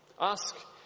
ask